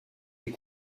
des